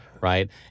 Right